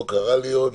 לא קראה לי עוד,